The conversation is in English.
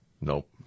Nope